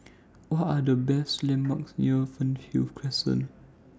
What Are The landmarks near Fernhill Crescent